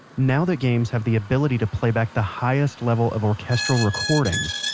now that games have the ability to playback the highest level of orchestral recordings,